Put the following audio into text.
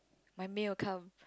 my meal come